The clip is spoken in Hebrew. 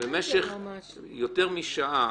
במשך יותר משעה